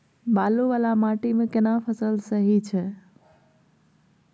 बालू वाला माटी मे केना फसल सही छै?